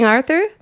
Arthur